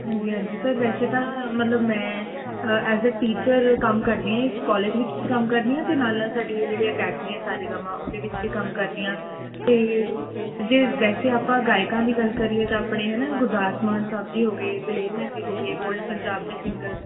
ਹਾਂਜੀ ਹਾਂਜੀ ਸਰ ਵੈਸੇ ਤਾਂ ਮਤਲਬ ਮੈਂ ਐਜ ਆ ਟੀਚਰ ਕੰਮ ਕਰਦੀ ਹਾਂ ਜੀ ਕੋਲੇਜ ਵਿੱਚ ਵੀ ਕੰਮ ਕਰਦੀ ਹਾਂ ਅਤੇ ਨਾਲ਼ ਨਾਲ਼ ਸਾਡੀ ਜਿਹੜੀ ਅਕੈਡਮੀ ਹੈ ਸਾ ਰੇ ਗਾ ਮਾ ਉਹਦੇ ਵਿੱਚ ਵੀ ਕੰਮ ਕਰਦੀ ਹਾਂ ਅਤੇ ਜੇ ਵੈਸੇ ਆਪਾਂ ਗਾਇਕਾਂ ਦੀ ਗੱਲ ਕਰੀਏ ਤਾਂ ਆਪਣੇ ਹੈ ਨਾ ਗੁਰਦਾਸ ਮਾਨ ਸਾਹਿਬ ਜੀ ਹੋ ਗਏ ਦਲੇਰ ਮਹਿੰਦੀ ਹੋ ਗਏ ਓਲਡ ਪੰਜਾਬ ਦੇ ਸਿੰਗਰ